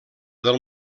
del